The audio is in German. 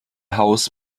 haus